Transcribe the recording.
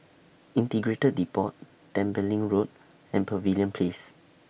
Integrated Depot Tembeling Road and Pavilion Place